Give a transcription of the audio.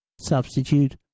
Substitute